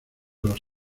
los